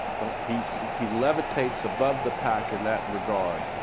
he he levitates above the pack in that regard